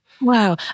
Wow